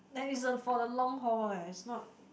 that is a for the long haul eh it's not